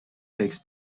takes